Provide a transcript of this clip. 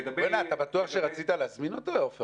אתה בטוח שרצית להזמין אותו, עפר?